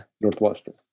northwestern